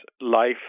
life